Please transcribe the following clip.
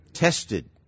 Tested